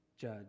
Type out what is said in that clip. judge